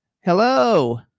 Hello